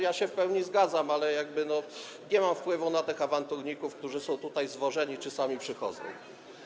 Ja się w pełni zgadzam, ale nie mam wpływu na tych awanturników, którzy są tutaj zwożeni czy sami przychodzą.